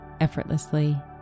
effortlessly